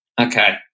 Okay